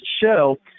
show